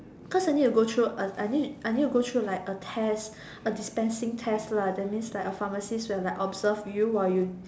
cause I need to go through a I need to go through like a test a dispensing test lah that means like a pharmacist would observe you while you